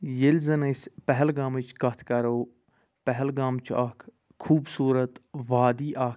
ییٚلہِ زَن أسۍ پہلگامٕچۍ کتھ کرو پہلگام چھُ اکھ خوبصورت وادی اکھ